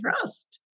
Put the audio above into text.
trust